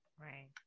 Right